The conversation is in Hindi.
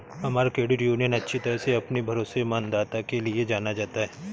हमारा क्रेडिट यूनियन अच्छी तरह से अपनी भरोसेमंदता के लिए जाना जाता है